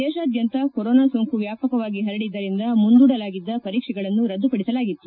ದೇಶಾದ್ಯಂತ ಕೊರೊನಾ ಸೋಂಕು ವ್ಯಾಪಕವಾಗಿ ಪರಡಿದ್ದರಿಂದ ಮುಂದೂಡಲಾಗಿದ್ದ ಪರೀಕ್ಷೆಗಳನ್ನು ರದ್ದುಪಡಿಸಲಾಗಿತ್ತು